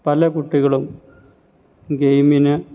പല കുട്ടികളും ഗെയ്മിന്